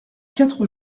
quatre